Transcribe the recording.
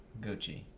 Gucci